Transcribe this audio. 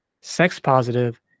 sex-positive